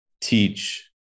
teach